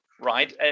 Right